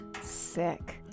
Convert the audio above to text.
sick